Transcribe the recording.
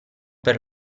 per